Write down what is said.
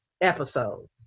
episode